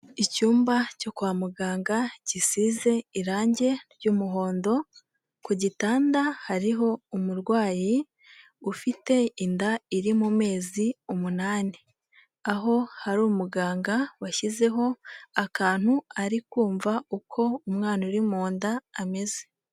Icyumba cyo kwa muganga gisize irangi ry'umuhondo, ku gitanda hariho umurwayi, ufite inda iri mu mezi umunani, aho hari umuganga washyizeho akantu ari kumva uko umwana uri mu nda, ameze.